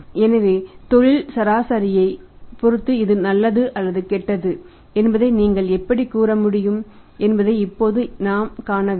எனவே தொழில் சராசரியைப் பொறுத்து இது நல்லது அல்லது கெட்டது என்பதை நீங்கள் எப்படிக் கூற முடியும் என்பதை இப்போது நாம் காண வேண்டும்